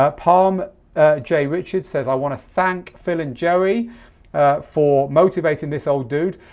ah palm jay richard says i want to thank phil and joey for motivating this old dude.